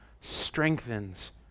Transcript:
strengthens